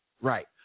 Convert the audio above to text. Right